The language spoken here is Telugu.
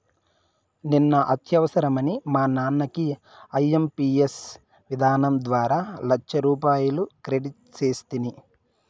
నిన్న అత్యవసరమని మా నాన్నకి ఐఎంపియస్ విధానం ద్వారా లచ్చరూపాయలు క్రెడిట్ సేస్తిని